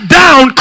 down